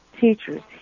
teachers